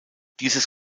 dieses